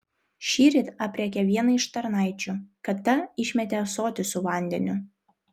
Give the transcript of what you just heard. šįryt aprėkė vieną iš tarnaičių kad ta išmetė ąsotį su vandeniu